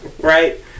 right